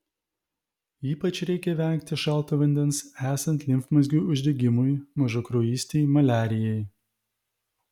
ypač reikia vengti šalto vandens esant limfmazgių uždegimui mažakraujystei maliarijai